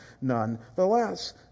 nonetheless